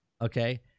okay